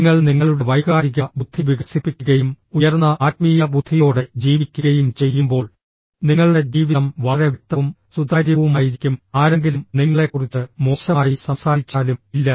നിങ്ങൾ നിങ്ങളുടെ വൈകാരിക ബുദ്ധി വികസിപ്പിക്കുകയും ഉയർന്ന ആത്മീയ ബുദ്ധിയോടെ ജീവിക്കുകയും ചെയ്യുമ്പോൾ നിങ്ങളുടെ ജീവിതം വളരെ വ്യക്തവും സുതാര്യവുമായിരിക്കും ആരെങ്കിലും നിങ്ങളെക്കുറിച്ച് മോശമായി സംസാരിച്ചാലും ഇല്ല